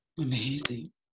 Amazing